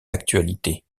l’actualité